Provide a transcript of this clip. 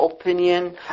opinion